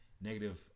negative